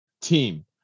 team